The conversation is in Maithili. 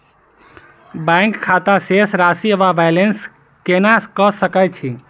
बैंक खाता शेष राशि वा बैलेंस केना कऽ सकय छी?